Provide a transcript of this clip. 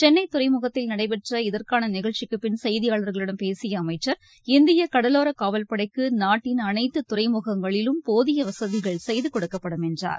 சென்னை துறைமுகத்தில் நடைபெற்ற இதற்கான நிகழ்ச்சிக்குப்பின் செய்தியாளர்களிடம் பேசிய அமைச்சர் இந்திய கடலோரக் காவல்படைக்கு நாட்டின் அனைத்து துறைமுகங்களிலும் போதிய வசதிகள் செய்து னெடுக்கப்படும் என்றார்